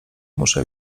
muszę